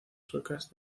suecas